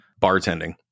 bartending